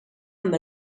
amb